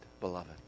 beloved